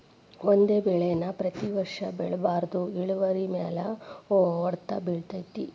ಒಂದೇ ಬೆಳೆ ನಾ ಪ್ರತಿ ವರ್ಷ ಬೆಳಿಬಾರ್ದ ಇಳುವರಿಮ್ಯಾಲ ಹೊಡ್ತ ಬಿಳತೈತಿ